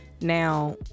now